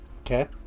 Okay